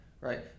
right